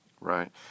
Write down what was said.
Right